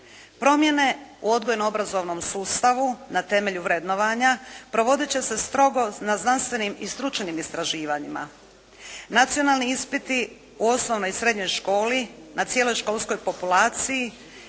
Promjene u odgojno obrazovnom sustavu na temelju vrednovanja provodit će strogo na znanstvenim i stručnim istraživanjima. Nacionalni ispiti u osnovnoj i srednjoj školi na cijeloj školskoj populaciji